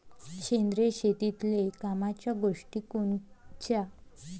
सेंद्रिय शेतीतले कामाच्या गोष्टी कोनच्या?